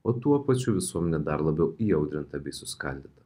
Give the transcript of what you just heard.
o tuo pačiu visuomenė dar labiau įaudrinta bei suskaldyta